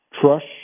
Trust